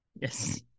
Yes